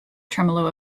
tremolo